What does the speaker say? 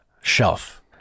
shelf